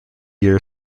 year